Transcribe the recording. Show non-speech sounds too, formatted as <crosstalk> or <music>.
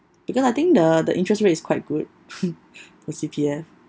because I think the the interest rate is quite good <laughs> for C_P_F